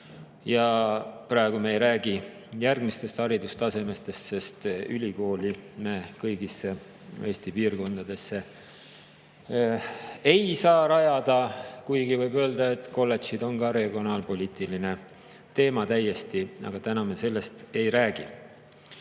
Praegu me ei räägi järgmistest haridustasemetest, sest ülikooli me kõigisse Eesti piirkondadesse ei saa rajada. Võib küll öelda, et kolledžid on ka täiesti regionaalpoliitiline teema, aga täna me sellest ei räägi.